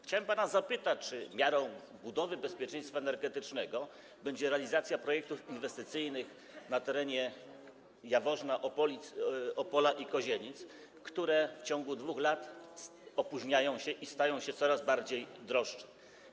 Chciałem pana zapytać: Czy miarą budowy bezpieczeństwa energetycznego będzie realizacja projektów inwestycyjnych na terenie Jaworzna, Opola i Kozienic, które w ciągu 2 lat opóźniają się i stają się coraz bardziej drogie?